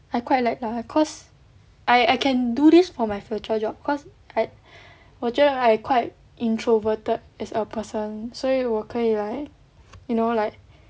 I quite like lah cause I I can do this for my future job cause I 觉得 I quite introverted as a person 所以我可以 like you know like